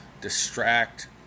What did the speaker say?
distract